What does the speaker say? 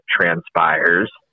transpires